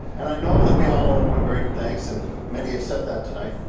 and i know that we all owe him a great thanks, and many have said that tonight.